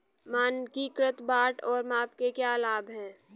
मानकीकृत बाट और माप के क्या लाभ हैं?